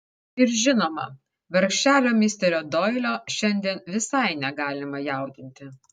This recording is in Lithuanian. ir žinoma vargšelio misterio doilio šiandien visai negalima jaudinti